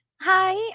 Hi